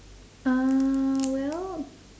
uh well